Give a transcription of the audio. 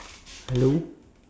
hello